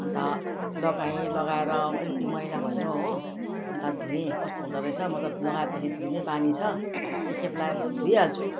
अन्त लगाएँ लगाएर अब अलिकति मैला भयो हो अन्त धोएँ कस्तो हुँदोरहेछ म त लगाएपछि धुने बानी छ एक खेप लगायोपछि धोइहाल्छु